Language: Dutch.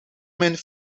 min